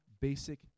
basic